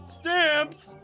Stamps